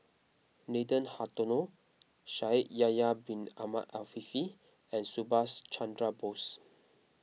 Nathan Hartono Shaikh Yahya Bin Ahmed Afifi and Subhas Chandra Bose